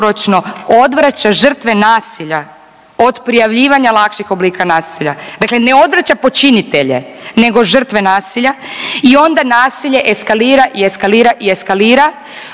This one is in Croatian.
odvraća žrtve nasilja od prijavljivanja lakših oblika nasilja, dakle ne odvraća počinitelje nego žrtve nasilja i onda nasilje eskalira i eskalira i eskalira